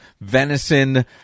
Venison